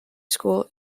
school